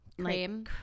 cream